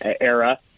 era